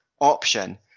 option